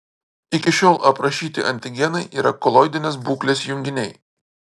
iki šiol aprašyti antigenai yra koloidinės būklės junginiai